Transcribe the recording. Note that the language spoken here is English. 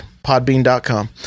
podbean.com